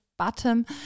bottom